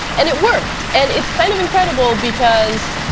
and it worked. and it's kind of incredible, because